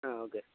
ம் ஓகே